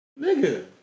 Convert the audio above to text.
nigga